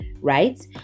right